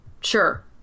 Sure